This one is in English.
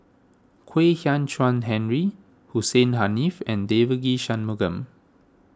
Kwek Hian Chuan Henry Hussein Haniff and Devagi Sanmugam